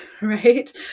right